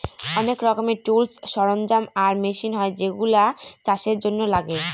অনেক রকমের টুলস, সরঞ্জাম আর মেশিন হয় যেগুলা চাষের জন্য লাগে